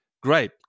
great